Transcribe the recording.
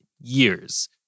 years